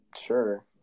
sure